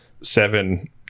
seven